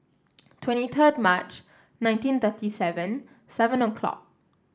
twenty third March nineteen thirty seven seven o'clock